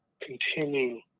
continue